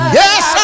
yes